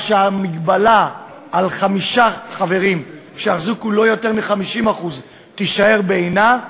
שהמגבלה של חמישה חברים שיחזיקו לא יותר מ-50% תישאר בעינה,